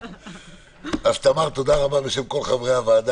חושב שהנושא חשוב